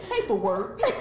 paperwork